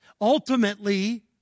Ultimately